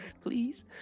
please